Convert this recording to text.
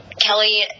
Kelly